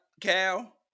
Cal